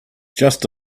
just